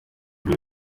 kuri